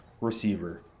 Receiver